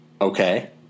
Okay